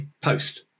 post